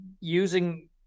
using